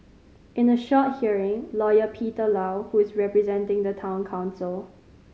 in a short hearing Lawyer Peter Low who is representing the Town Council